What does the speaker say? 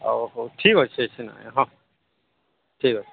ହଉ ହଉ ଠିକ୍ ଅଛି କିଛି ନାଇଁ ହଁ ଠିକ୍ ଅଛି